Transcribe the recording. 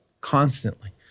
constantly